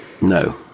No